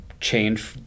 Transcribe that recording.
change